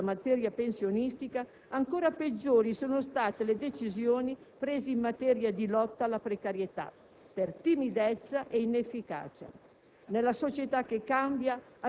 Se questo è lo stato rispetto alla materia pensionistica, ancora peggiori sono state le decisioni prese in materia di lotta alla precarietà per timidezza ed inefficacia.